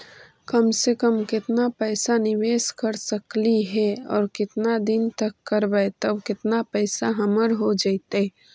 कम से कम केतना पैसा निबेस कर सकली हे और केतना दिन तक करबै तब केतना पैसा हमर हो जइतै?